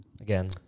again